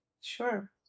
Sure